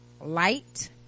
light